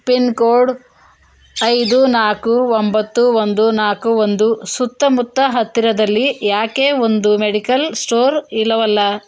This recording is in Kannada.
ಪಿನ್ ಕೋಡ್ ಐದು ನಾಕು ಒಂಬತ್ತು ಒಂದು ನಾಕು ಒಂದು ಸುತ್ತಮುತ್ತ ಹತ್ತಿರದಲ್ಲಿ ಯಾಕೆ ಒಂದು ಮೆಡಿಕಲ್ ಸ್ಟೋರ್ ಇಲ್ಲವಲ್ಲ